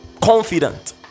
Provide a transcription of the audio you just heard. confident